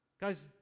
Guys